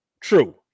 True